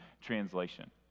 translation